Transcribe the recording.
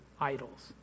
idols